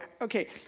okay